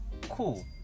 cool